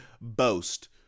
boast